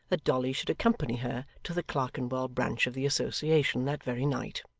dolly should accompany her to the clerkenwell branch of the association, that very night.